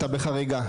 אתה בחריגה.